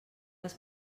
les